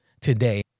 today